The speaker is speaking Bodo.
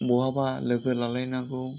बहाबा लोगो लालायनांगौ